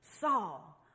Saul